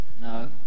no